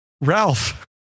Ralph